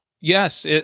Yes